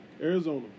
Arizona